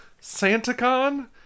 SantaCon